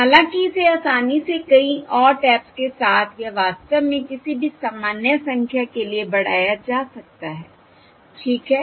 हालाँकि इसे आसानी से कई और टैप्स के साथ या वास्तव में किसी भी सामान्य संख्या के लिए बढ़ाया जा सकता है ठीक है